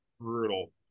brutal